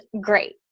great